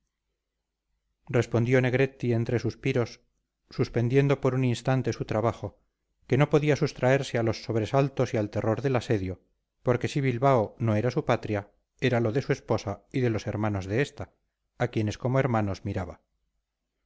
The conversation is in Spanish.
respondió negretti entre suspiros suspendiendo por un instante su trabajo que no podía sustraerse a los sobresaltos y al terror del asedio porque si bilbao no era su patria éralo de su esposa y de los hermanos de esta a quienes como hermanos